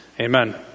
Amen